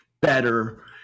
better